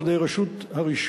ועל-ידי רשות הרישוי,